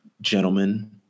gentlemen